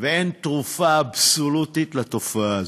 וגם אין תרופה אבסולוטית לתופעה הזאת.